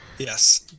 Yes